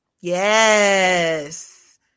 Yes